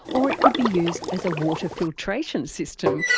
or it could be used as a water filtration system,